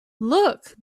look